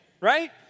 Right